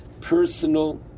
personal